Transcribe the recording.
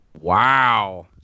Wow